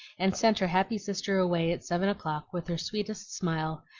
and sent her happy sister away at seven o'clock with her sweetest smile,